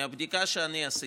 מהבדיקה שאני עשיתי,